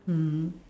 mmhmm